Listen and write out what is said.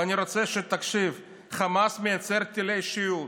ואני רוצה שתקשיב, חמאס מייצר טילי שיוט,